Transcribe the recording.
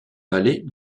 vallée